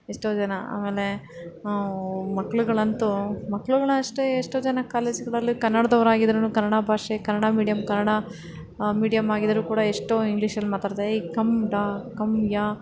ಎಷ್ಟೋ ಜನ ಆಮೇಲೆ ಮಕ್ಕಳುಗಳಂತೂ ಮಕ್ಕಳುಗಳು ಅಷ್ಟೆ ಎಷ್ಟೋ ಜನ ಕಾಲೇಜುಗಳಲ್ಲಿ ಕನ್ನಡದವರಾಗಿದ್ದರೂ ಕನ್ನಡ ಭಾಷೆ ಕನ್ನಡ ಮೀಡಿಯಂ ಕನ್ನಡ ಮೀಡಿಯಂ ಆಗಿದ್ದರೂ ಕೂಡ ಎಷ್ಟೋ ಇಂಗ್ಲಿಷಲ್ಲಿ ಮಾತಾಡ್ತಾರೆ ಎಯ್ ಕಮ್ ಡಾ ಕಮ್ ಯಾ